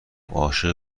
عاشق